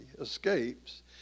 escapes